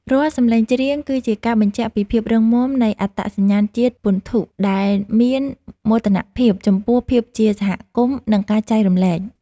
រាល់សម្លេងច្រៀង គឺជាការបញ្ជាក់ពីភាពរឹងមាំនៃអត្តសញ្ញាណជាតិពន្ធុ ដែលមានមោទនភាពចំពោះភាពជាសហគមន៍ និងការចែករំលែក។